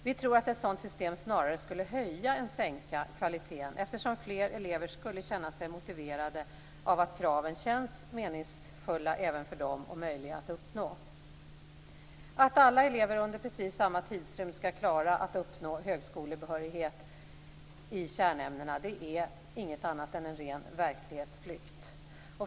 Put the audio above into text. Vi tror att ett sådant system snarare skulle höja än sänka kvaliteten, eftersom fler elever skulle känna sig motiverade av att kraven känns meningsfulla och möjliga att uppnå även för dem. Att alla elever under precis samma tidsrymd skall klara att uppnå högskolebehörighet i kärnämnena är ingenting annat än en ren verklighetsflykt.